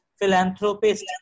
Philanthropist